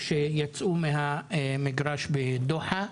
שיצאו מהמגרש בדוחא.